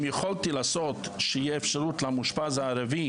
אם יכולתי לעשות שתהיה אפשרות למאושפז הערבי